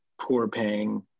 poor-paying